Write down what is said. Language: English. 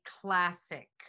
classic